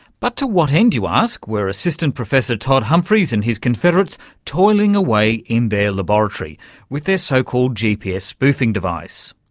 but to what end, you ask, were assistant professor todd humphries and his confederates toiling away in their laboratory with their so-called gps spoofing device?